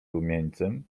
rumieńcem